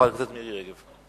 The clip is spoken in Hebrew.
חברת הכנסת מירי רגב.